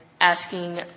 asking